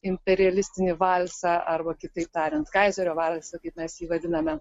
imperialistinį valsą arba kitaip tariant kaizerio valsą kaip mes jį vadiname